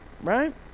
right